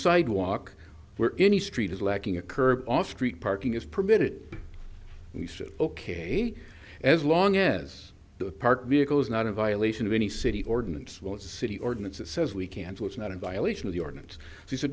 sidewalk where any street is lacking a curb on street parking is permitted he said ok as long as the parked vehicle is not in violation of any city ordinance will a city ordinance that says we can do is not in violation of the ordinance he said